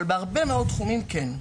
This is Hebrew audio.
אבל בהרבה מאוד תחומים כן,